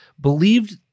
believed